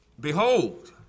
Behold